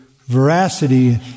veracity